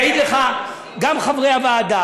יעידו לך גם חברי הכנסת,